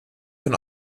von